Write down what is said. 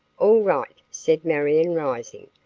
all right, said marion, rising.